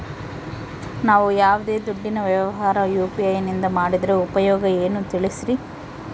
ನಾವು ಯಾವ್ದೇ ದುಡ್ಡಿನ ವ್ಯವಹಾರ ಯು.ಪಿ.ಐ ನಿಂದ ಮಾಡಿದ್ರೆ ಉಪಯೋಗ ಏನು ತಿಳಿಸ್ರಿ?